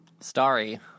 starry